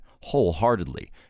wholeheartedly